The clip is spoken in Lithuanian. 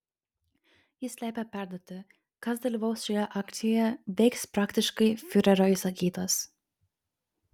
jis liepė perduoti kas dalyvaus šioje akcijoje veiks praktiškai fiurerio įsakytas